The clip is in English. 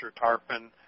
tarpon